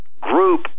group